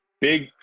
Big